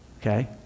okay